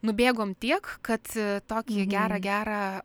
nubėgom tiek kad tokį gerą gerą